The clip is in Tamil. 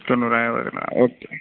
தொண்ணூறாயிரம் வருமா ஓகே